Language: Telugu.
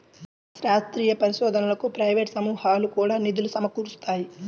శాస్త్రీయ పరిశోధనకు ప్రైవేట్ సమూహాలు కూడా నిధులు సమకూరుస్తాయి